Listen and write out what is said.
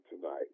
tonight